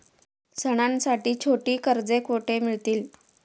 सणांसाठी छोटी कर्जे कुठे मिळतील?